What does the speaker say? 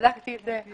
בדקתי את זה.